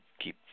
keep